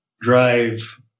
drive